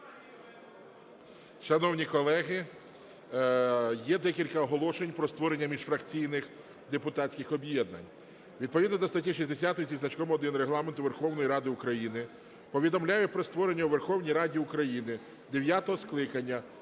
Шановні колеги, є декілька оголошень про створення міжфракційних депутатських об'єднань. Відповідно до статті 60 зі значком 1 Регламенту Верховної Ради України повідомляю про створення у Верховній Раді України дев'ятого скликання